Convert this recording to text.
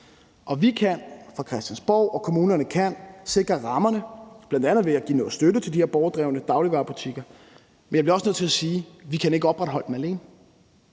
kan sikre rammerne, bl.a. ved at give noget støtte til de her borgerdrevne dagligvarebutikker. Men jeg bliver også nødt til at sige, at vi ikke kan opretholde dem alene.